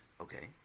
Okay